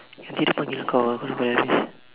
nanti dia panggil kau ah kau kene buat habis